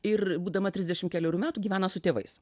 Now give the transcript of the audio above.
ir būdama trisdešimt kelerių metų gyvena su tėvais